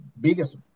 biggest